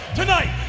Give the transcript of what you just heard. tonight